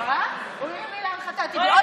הוא הרים לי להנחתה, טיבי.